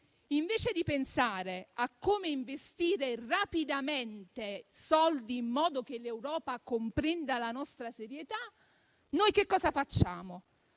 Invece di pensare a come investire rapidamente soldi in modo che l'Europa comprenda la nostra serietà, noi che cosa facciamo?